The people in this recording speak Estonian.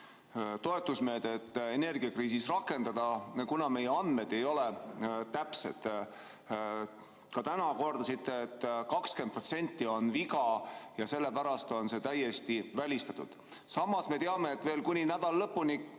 toetusmeedet energiakriisis rakendada, kuna meie andmed ei ole täpsed. Ka täna kordasite, et 20% on viga ja sellepärast on see täiesti välistatud. Samas me teame, et veel kuni nädala lõpuni